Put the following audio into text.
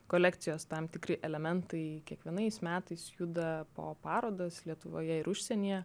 kolekcijos tam tikri elementai kiekvienais metais juda po parodas lietuvoje ir užsienyje